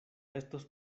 estos